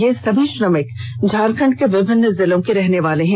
ये सभी श्रमिक झारखंड के विभिन्न जिलों के रहनेवाले हैं